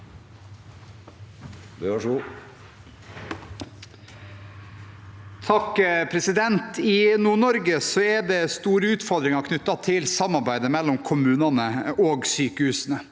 (H) I Nord-Norge er det store utfordringer knyttet til samarbeidet mellom kommunene og sykehusene.